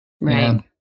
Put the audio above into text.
Right